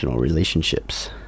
relationships